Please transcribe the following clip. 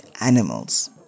animals